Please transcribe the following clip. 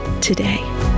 today